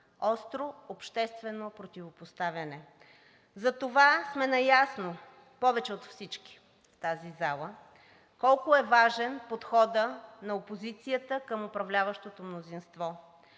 остро обществено противопоставяне. Затова сме наясно, повече от всички в тази зала, колко е важен подходът на опозицията към управляващото мнозинство.